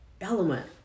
element